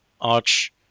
arch